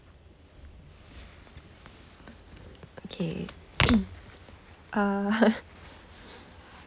okay uh